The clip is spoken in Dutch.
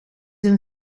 een